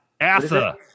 Asa